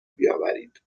بیاورید